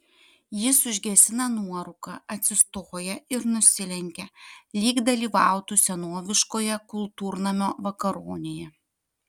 jis užgesina nuorūką atsistoja ir nusilenkia lyg dalyvautų senoviškoje kultūrnamio vakaronėje